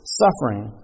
suffering